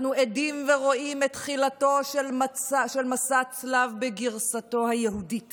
אנחנו עדים ורואים את תחילתו של מסע הצלב בגרסתו היהודית